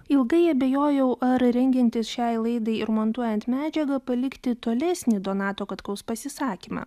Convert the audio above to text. ilgai abejojau ar rengiantis šiai laidai ir montuojant medžiagą palikti tolesnį donato katkaus pasisakymą